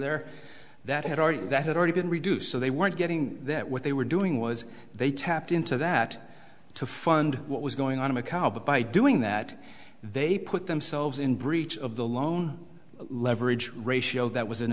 there that had already that had already been reduced so they weren't getting that what they were doing was they tapped into that to fund what was going on in a cow but by doing that they put themselves in breach of the loan leverage ratio that was an